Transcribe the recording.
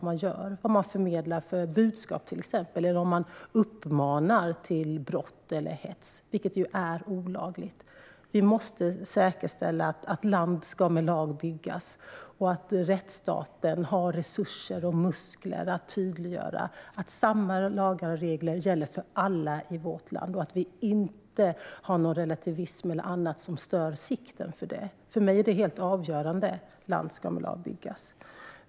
Det kan handla om vad man förmedlar för budskap eller om att uppmana till brott eller hets, vilket ju är olagligt. Vi måste säkerställa att land med lag ska byggas, att rättsstaten har resurser och muskler att tydliggöra att samma lagar och regler gäller för alla i vårt land och att ingen relativism eller något annat stör sikten för detta. För mig är detta helt avgörande: Land ska med lag byggas.